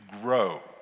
grow